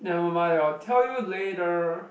never mind I'll tell you later